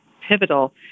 pivotal